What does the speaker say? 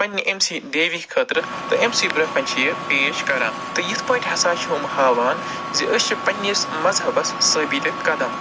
پَنٛنہِ أمۍ سٕے دیوی خٲطرٕ تہٕ أمۍ سٕے برونٛہہ کَنہِ چھِ یہِ پیش کران تہٕ یِتھ پٲٹھۍ ہسا چھِ یِم ہاوان زِ أسۍ چھِ پَنٛنِس مزہبَس ثابِت قدم